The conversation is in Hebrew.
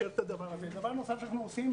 דבר נוסף שאנחנו עושים,